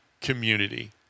community